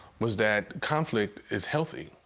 was that conflict is healthy.